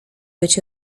być